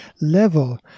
level